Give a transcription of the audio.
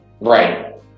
Right